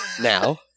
Now